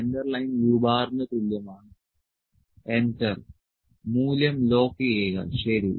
centre line u ന് തുല്യമാണ് enter മൂല്യം ലോക്കുചെയ്യുക ശരി